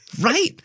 Right